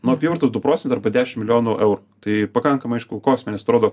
nuo apyvartos du procentai arba dešim milijonų eurų tai pakankamai aišku kosminės atrodo